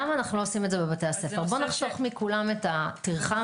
למה לא עושים את זה בבתי הספר?